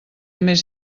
més